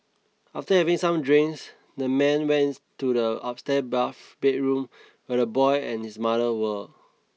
after having some drinks the man went to the upstair bath bedroom where the boy and his mother were